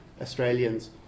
Australians